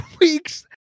weeks